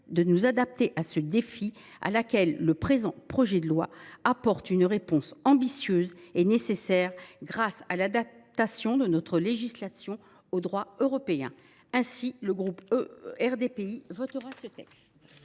de nous adapter à ce défi, auquel ce projet de loi apporte une réponse ambitieuse et nécessaire grâce à l’adaptation de notre législation au droit européen. Aussi, le groupe RDPI votera ce texte.